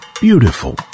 beautiful